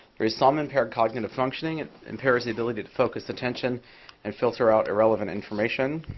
there's some impair cognitive functioning. it impairs the ability to focus attention and filter out irrelevant information.